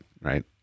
Right